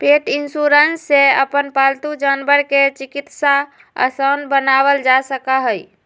पेट insurance से अपन पालतू जानवर के चिकित्सा आसान बनावल जा सका हई